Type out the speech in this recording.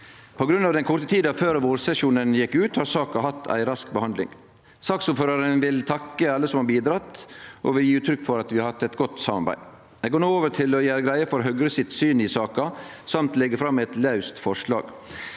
På grunn av den korte tida før vårsesjonen gjekk ut, har saka hatt ei rask behandling. Som saksordførar vil eg takke alle som har bidratt, og gje uttrykk for at vi har hatt eit godt samarbeid. Eg går nå over til å gjere greie for Høgre sitt syn i saka, samt ta opp forslag.